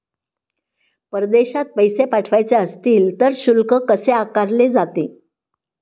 परदेशात पैसे पाठवायचे असतील तर शुल्क कसे आकारले जाते?